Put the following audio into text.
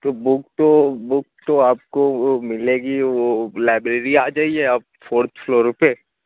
تو بک تو بک تو آپ کو وہ ملے گی وہ لائبریری آ جائیے آپ فورتھ فلور پہ